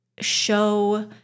show